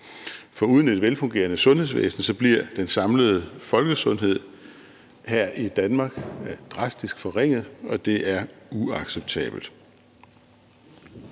For uden et velfungerende sundhedsvæsen, bliver den samlede folkesundhed her i Danmark drastisk forringet, og det er uacceptabelt.